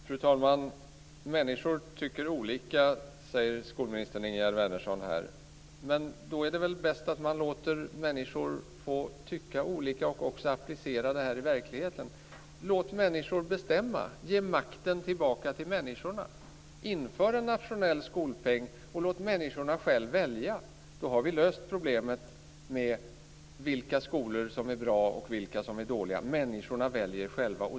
Fru talman! Människor tycker olika, säger skolminister Ingegerd Wärnersson. Men då är det väl bäst att man låter människor få tycka olika och att man också applicerar det i verkligheten. Låt människor bestämma! Ge makten tillbaka till människorna! Inför en nationell skolpeng och låt människorna själva välja! Då har vi löst problemet med vilka skolor som är bra och vilka som är dåliga. Människorna väljer själva.